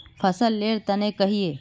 फसल लेर तने कहिए?